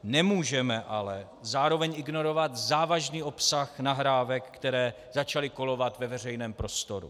Nemůžeme ale zároveň ignorovat závažný obsah nahrávek, které začaly kolovat ve veřejném prostoru.